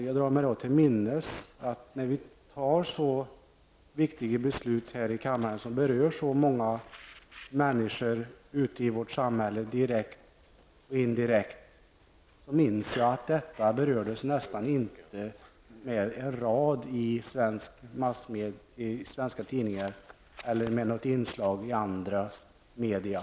Jag drar mig till minnes, när man fattade så viktiga beslut här i kammaren, som berörde så många människor ute i samhället direkt och indirekt, att detta nästan inte berördes med en rad i svenska tidningar eller med något inslag i andra media.